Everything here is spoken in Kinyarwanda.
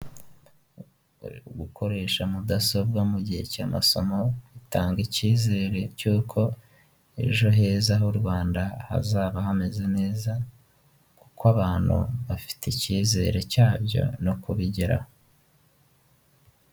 Gukoresha mudasobwa mu gihe cy'amasomo bitanga icyizere cy'uko ejo heza h'u Rwanda hazaba hameze neza, kuko abantu bafite icyizere cya byo, no kubigeraho.